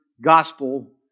gospel